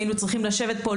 היינו צריכים לשבת פה,